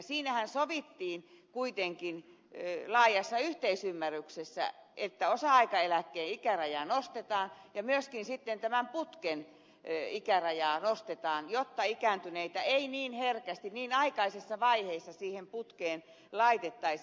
siinähän sovittiin kuitenkin laajassa yhteisymmärryksessä että osa aikaeläkkeen ikärajaa nostetaan ja myöskin sitten tämän putken ikärajaa nostetaan jotta ikääntyneitä ei niin herkästi niin aikaisessa vaiheessa siihen putkeen laitettaisi